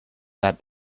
that